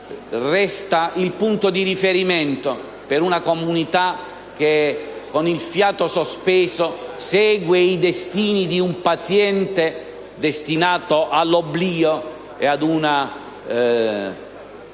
resta il punto di riferimento per una comunità che con il fiato sospeso segue i destini di un paziente destinato all'oblio e molto